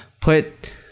put